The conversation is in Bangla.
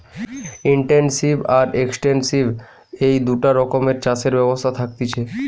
ইনটেনসিভ আর এক্সটেন্সিভ এই দুটা রকমের চাষের ব্যবস্থা থাকতিছে